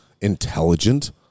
intelligent